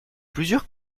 plusieurs